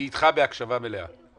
היא איתך בהקשבה מלאה.